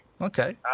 Okay